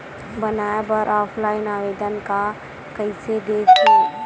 बनाये बर ऑफलाइन आवेदन का कइसे दे थे?